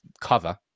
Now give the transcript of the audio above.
cover